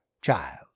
child